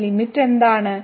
ഇവിടെ ലിമിറ്റ് എന്താണ്